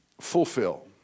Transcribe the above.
Fulfill